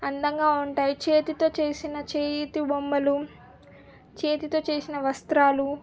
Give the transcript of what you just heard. అందంగా ఉంటాయి చేతితో చేసిన చేతి బొమ్మలు చేతితో చేసిన వస్త్రాలు